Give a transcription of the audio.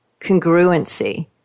congruency